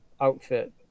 Outfit